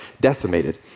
decimated